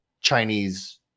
Chinese